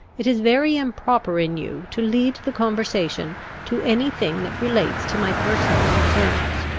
it is very improper in you to lead the conversation to any thing that relates to my personal concerns.